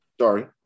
Sorry